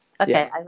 Okay